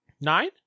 Nine